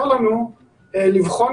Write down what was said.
היקף